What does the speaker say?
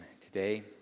today